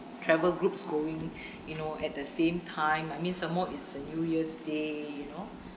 travel groups going you know at the same time I mean some more it's a new year's day you know